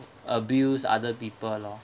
abuse other people lor